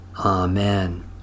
Amen